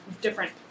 different